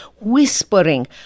whispering